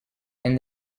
and